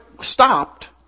stopped